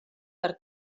per